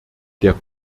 der